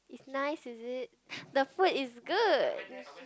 nice is it the food is good